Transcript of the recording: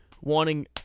wanting